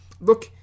look